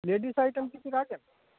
ladies item কিছু রাখেন